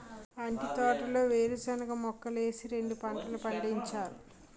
అంటి తోటలో వేరుశనగ మొక్కలేసి రెండు పంటలు పండించారు